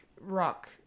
rock